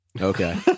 Okay